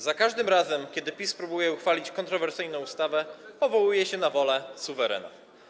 Za każdym razem, kiedy PiS próbuje uchwalić kontrowersyjną ustawę, powołuje się na wolę suwerena.